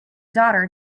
daughter